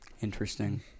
interesting